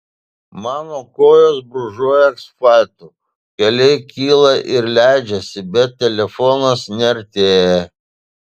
mano kojos brūžuoja asfaltu keliai kyla ir leidžiasi bet telefonas neartėja